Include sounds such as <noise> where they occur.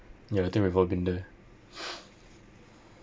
ya I think we've all been there <noise>